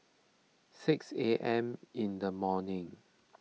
six A M in the morning